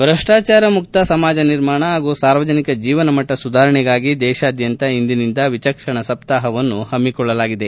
ಭ್ರಷ್ಟಾಚಾರ ಮುಕ್ತ ಸಮಾಜ ನಿರ್ಮಾಣ ಹಾಗೂ ಸಾರ್ವಜನಿಕ ಜೀವನಮಟ್ಟ ಸುಧಾರಣೆಗಾಗಿ ದೇಶಾದ್ಯಂತ ಇಂದಿನಿಂದ ವಿಚಕ್ಷಣಾ ಸಪ್ತಾಹವನ್ನು ಹಮ್ಸಿಕೊಳ್ಳಲಾಗಿದೆ